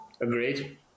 Agreed